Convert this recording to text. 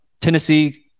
Tennessee